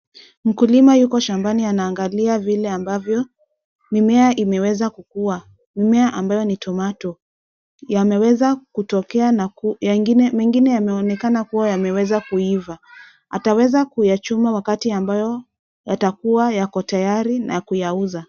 Mkulima yuko shambani anaangalia vile ambavyo mimea imeweza kukua, mmea ambao ni Tomato yameweza kutokea na mengine yameonekana kua yameweza kuiva, ataweza kuyachuma wakati ambayo yatakua yako tayari na kuyauza.